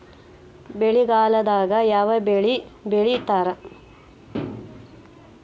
ಮಳೆಗಾಲದಾಗ ಯಾವ ಬೆಳಿ ಬೆಳಿತಾರ?